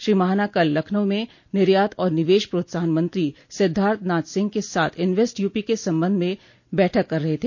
श्री महाना कल लखनऊ में निर्यात और निवेश प्रोत्साहन मंत्री सिद्वार्थ नाथ सिंह के साथ इन्वेस्ट यूपी के संबंध में बैठक कर रहे थे